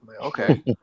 Okay